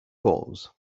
pose